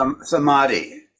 samadhi